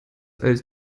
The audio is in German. als